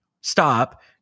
stop